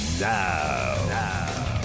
now